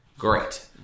great